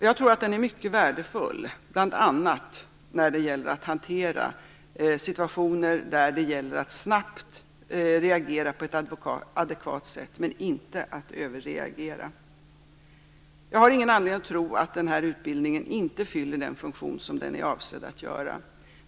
Jag tror att den är mycket värdefull, bl.a. när det gäller att hantera situationer där det är fråga om att snabbt reagera på ett adekvat sätt, men inte att överreagera. Jag har ingen anledning att tro att den här utbildningen inte fyller den funktion som den är avsedd att göra.